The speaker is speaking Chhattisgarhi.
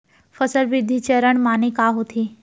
फसल वृद्धि चरण माने का होथे?